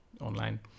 online